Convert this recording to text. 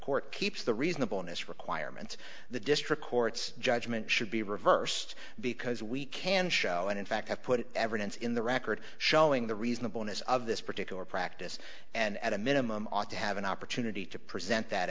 court keeps the reasonableness requirement the district court's judgment should be reversed because we can show and in fact have put evidence in the record showing the reasonableness of this particular practice and at a minimum ought to have an opportunity to present that